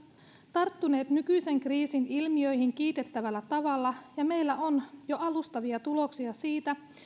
tarttuneet nykyisen kriisin ilmiöihin kiitettävällä tavalla ja meillä on jo alustavia tuloksia siitä